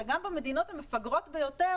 וגם במדינות המפגרות ביותר,